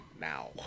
Now